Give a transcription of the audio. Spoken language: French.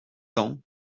cents